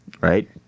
Right